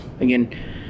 Again